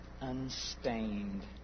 unstained